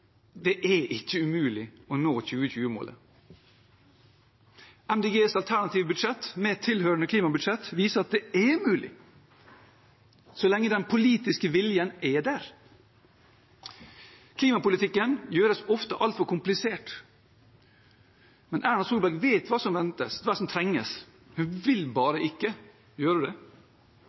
Det er ikke umulig å nå 2020-målet. Miljøpartiet De Grønnes alternative budsjett med tilhørende klimabudsjett viser at det er mulig, så lenge den politiske viljen er der. Klimapolitikken gjøres ofte altfor komplisert. Erna Solberg vet hva som trengs, men hun vil bare ikke gjøre det.